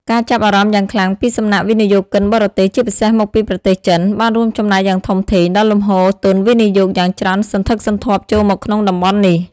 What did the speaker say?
ការចាប់អារម្មណ៍យ៉ាងខ្លាំងពីសំណាក់ វិនិយោគិនបរទេស ជាពិសេសមកពីប្រទេសចិន បានរួមចំណែកយ៉ាងធំធេងដល់លំហូរទុនវិនិយោគយ៉ាងច្រើនសន្ធឹកសន្ធាប់ ចូលមកក្នុងតំបន់នេះ។